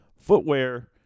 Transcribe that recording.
footwear